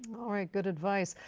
all right, good advice.